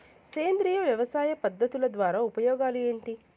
సేంద్రియ వ్యవసాయ పద్ధతుల ద్వారా ఉపయోగాలు ఏంటి?